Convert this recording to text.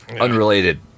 Unrelated